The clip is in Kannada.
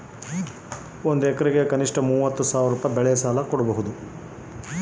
ಒಂದು ಎಕರೆ ಜಮೇನಿಗೆ ಎಷ್ಟು ಬ್ಯಾಂಕ್ ಸಾಲ ಬರ್ತೈತೆ?